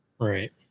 Right